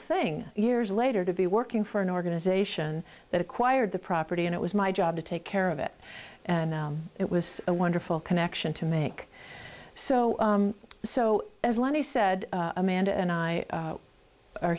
thing years later to be working for an organization that acquired the property and it was my job to take care of it and it was a wonderful connection to make so so as lenny said amanda and i are